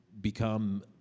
become